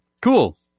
Cool